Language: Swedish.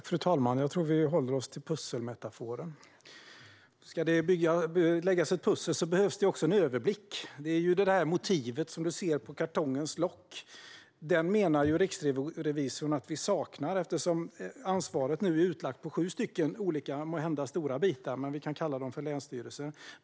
Fru talman! Låt oss hålla oss till pusselmetaforen. Om det ska läggas ett pussel behövs också en överblick. Riksrevisorn menar att vi saknar motivet som finns på kartongens lock. Ansvaret är nu utlagt på sju olika, måhända stora, bitar. Vi kan kalla dem länsstyrelser.